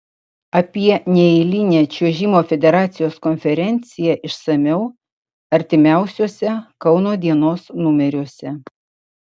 apie neeilinę čiuožimo federacijos konferenciją išsamiau artimiausiuose kauno dienos numeriuose